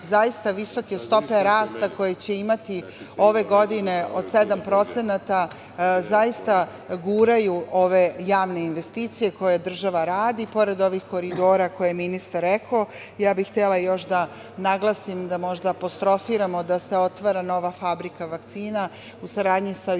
zaista visoke stope rasta koje će imati ove godine od 7% zaista guraju ove javne investicije koje država radi. Pored ovih koridora koje je ministar rekao, ja bih htela još da naglasim, da možda apostrofiramo, da se otvara nova fabrika vakcina u saradnji sa